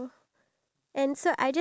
ya